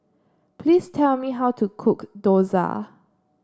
please tell me how to cook Dosa